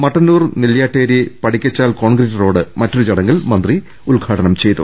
Mattannur Nelliyatteri Padikkachal concrete road മറ്റൊരു ചടങ്ങിൽ മന്ത്രി ഉദ്ഘാടനം ചെയ്തു